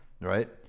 right